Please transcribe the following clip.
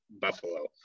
Buffalo